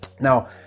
Now